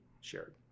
shared